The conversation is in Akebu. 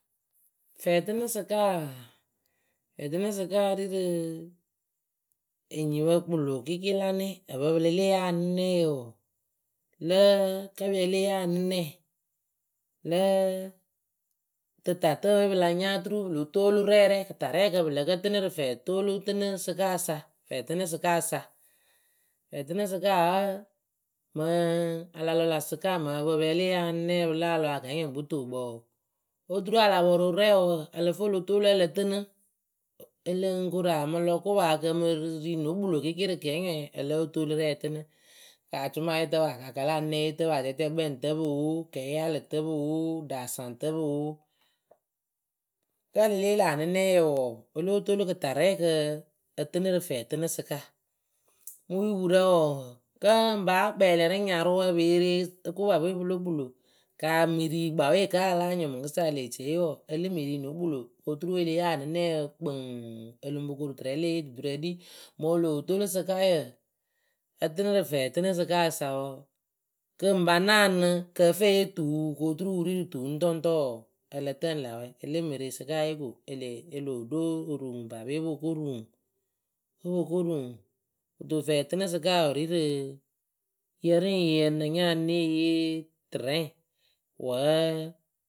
Fɛɛtɨnɨsɩkaa fɛɛtɨnɨsɩkaa ri rɨ enyipǝ kpɨlo kɩɩkɩ la nɛŋ ǝpǝ pɨ le le yee anɨnɛyǝ wǝǝ lǝǝ kǝ́ kǝ́ pɨ le le yee anɨnɛ tɨtatǝwe pɨ la nya oturu pɨ lo toolu rɛ rɛ kɨtarɛɛkǝ pɨ lǝ kǝ tɨnɨ rɨ fɛɛtoolutɨnɨsɩkaasa fɛɛtɨnɨsɩkaasa fɛɛtɨnɨsɩkaa wǝ́ mɨŋ a la lɔ lä sɩka mɨŋ ǝpǝ pɨ ya pɨ lée yee anɨnɛ pɨ láa lɔ akɛɛnyɔŋkpɨtookpǝ wǝ oturu a la pɔrʊ rɛɛwǝ ǝ lǝ fɨ o lo toolu ǝ lǝ tɨnɨ.,Ǝ lɨŋ koru a mɨ lɔ kopa kɨ e mɨ ri no kpɨlo kɩɩkɩ rɨ kɛɛnyɔɛ o lóo toolu rɛ ǝ tɨnɨ kaa acʊmayeetǝpǝ akaakǝ la anɨnɛyeetǝpǝ atɛtɛkpɛŋtǝpǝ oo akɛɛyaalɨtǝpǝ oo ɖaasaŋtǝpǝ oo kǝ́ e le le yee lä anɨnɛyǝ wǝǝ o lóo toolu kɨtarɛɛkǝ ǝ tɨnɨ rɨ fɛɛtɨnɨsɩka mɨ yupurǝ wǝǝ kǝ ŋ ŋ paa kpɛɛ lǝ̈ rɨ nyarɨwǝ pee re okopapǝ we pɨlo kpɨlo ka mɨ ri kpaawe ka a láa nyɩŋ ŋwɨ mɨŋkɨsa e lee ci eyee wǝǝ e lɨŋ mɨ ri no kpɨlo kɨ oturu e le yee anɨnɛyǝ kpǝǝŋ o luŋ po koru tɨrɛ le eyee duturǝ ɖi mɨŋ o loo toolu sɩkaayǝ ǝ tɨnɨ rɨ fɛɛtɨnɨsɩkaasa wǝǝ kɨ ŋ pa naanɨ kɨ ǝ fɨ e yee tuu ko turu wɨ ri rɨ tuu ŋtɔŋtɔ wǝǝ ǝ lǝ tǝǝnɨ lä wɛ e le mɨ ree sɩkaaye ko e lee o loo ɖo oru ŋwɨ paape o po ko ru ŋwɨ o po ko ru ŋwɨ kɨto fɛɛtɨnɨsɩkaawǝ wɨ ri rɨ, yǝ rɨŋ yǝ na nya a née yee tɨrɛ wǝ́.